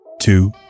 two